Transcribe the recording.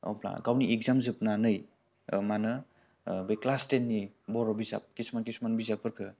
अब्ला गावनि एक्जाम जोबनानै मा होनो बै क्लास टेननि बर' बिजाब किसुमान किसुमान बिजाबफोरखौ